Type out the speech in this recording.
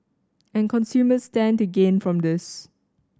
and consumers stand to gain from this